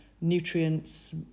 nutrients